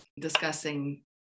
discussing